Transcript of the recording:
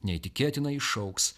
neįtikėtinai išaugs